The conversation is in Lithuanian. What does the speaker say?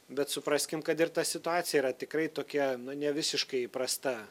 bet supraskim kad ir ta situacija yra tikrai tokia na ne visiškai įprasta